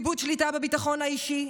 איבוד שליטה בביטחון האישי,